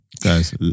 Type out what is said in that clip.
Guys